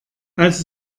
als